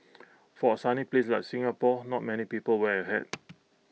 for A sunny place like Singapore not many people wear A hat